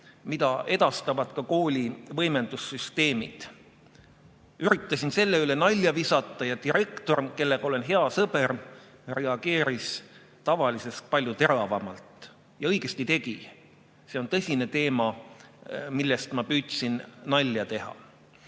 mida edastavad ka kooli võimendussüsteemid. Üritasin selle üle nalja visata ja direktor, kellega olen hea sõber, reageeris tavalisest palju teravamalt. Ja õigesti tegi. See on tõsine teema, mille üle ma püüdsin nalja teha.